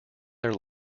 their